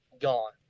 gone